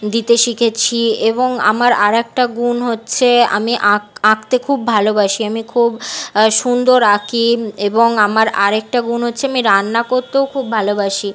দিতে শিখেছি এবং আমার আর একটা গুণ হচ্ছে আমি আঁকতে খুব ভালোবাসি আমি খুব সুন্দর আঁকি এবং আমার আরেকটা গুণ হচ্ছে আমি রান্না করতেও খুব ভালোবাসি